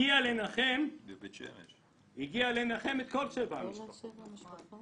הגיע לנחם את כל שבע המשפחות.